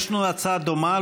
יש לנו הצעה דומה,